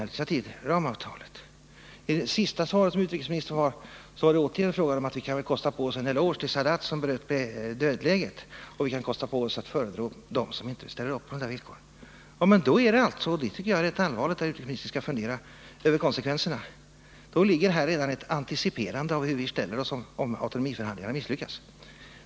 Måndagen den I utrikesministerns senaste svar var det återigen fråga om att vi väl kan 19 november 1979 kosta på oss en eloge till Sadat, som bröt dödläget, och att vi bör kosta på oss att förebrå dem som inte ställer upp på de villkoren. Men då är det rätt Om förhållandena allvarligt. Jag tycker att utrikesministern skall fundera litet över konsekven — ji Mellanöstern serna. Då ligger här redan ett anteciperande av hur vi ställer oss om autonomiförhandlingarna misslyckas.